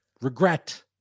regret